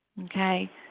okay